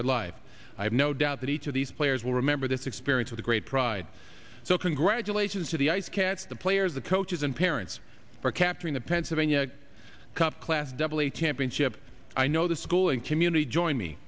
their lives i have no doubt that each of these players will remember this experience with great pride so congratulations to the icecaps the players the coaches and parents for capturing the pennsylvania cup class double a championship i know the school and community join me